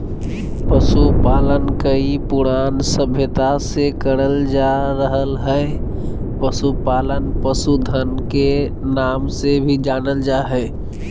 पशुपालन कई पुरान सभ्यता से करल जा रहल हई, पशुपालन पशुधन के नाम से भी जानल जा हई